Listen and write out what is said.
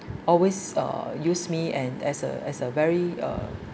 always uh use me and as a as a very uh